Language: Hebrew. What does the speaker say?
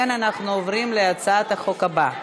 אנחנו עוברים להצעת החוק הבאה: